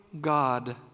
God